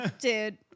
Dude